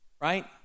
right